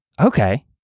Okay